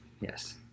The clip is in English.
yes